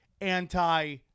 anti